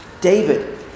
David